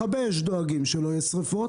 אז מכבי האש דואגים שלא יהיו שריפות